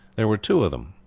there were two of them,